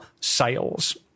sales